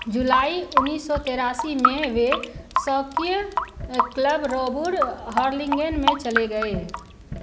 जुलाई उन्नीस सौ तिरासी में वे शौकिया क्लब रोबुर हार्लिंगेन में चले गए